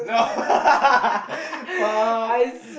no fuck